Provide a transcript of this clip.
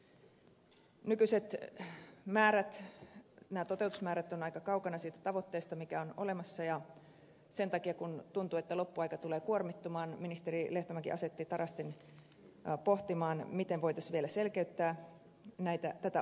nämä nykyiset toteutusmäärät ovat aika kaukana siitä tavoitteesta mikä on olemassa ja sen takia kun tuntuu että loppuaika tulee kuormittumaan ministeri lehtomäki asetti tarastin pohtimaan miten voitaisiin vielä selkeyttää tätä ohjeistusta